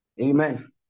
amen